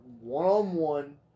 one-on-one